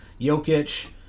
Jokic